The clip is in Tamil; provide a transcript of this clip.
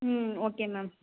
ம் ஓகே மேம்